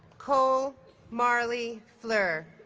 cole marley fluehr